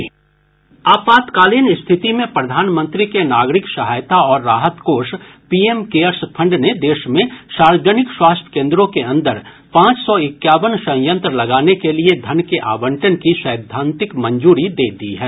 आपातकालीन स्थिति में प्रधानमंत्री के नागरिक सहायता और राहत कोष पीएम केयर्स फंड ने देश में सार्वजनिक स्वास्थ्य केन्द्रों के अन्दर पांच सौ इक्यावन संयंत्र लगाने के लिए धन के आवंटन की सैद्धांतिक मंजूरी दे दी है